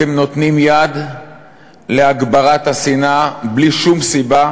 אתם נותנים יד להגברת השנאה בלי שום סיבה.